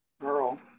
Girl